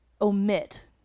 omit